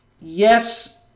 Yes